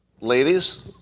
Ladies